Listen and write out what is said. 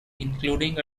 including